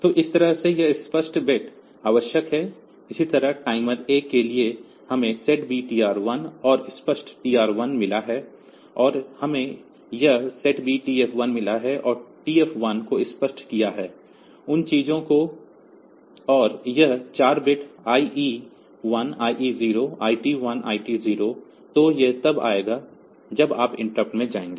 तो इस तरह यह स्पष्ट बिट आवश्यक है इसी तरह टाइमर 1 के लिए हमें यह SETB TR 1 और स्पष्ट TR 1 मिला है और हमें यह SETB TF 1 मिला है और TF 1 को स्पष्ट किया है उन चीजों को और यह 4 bit IE1 IE0 IT1 IT0 तो यह तब आएगा जब आप इंटरप्ट में जाएंगे